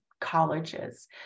colleges